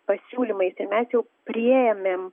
pasiūlymais ir mes jau priėmėm